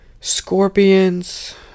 Scorpions